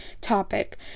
topic